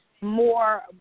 More